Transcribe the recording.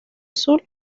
azul